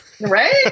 Right